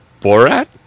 Borat